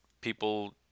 people